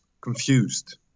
confused